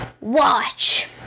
watch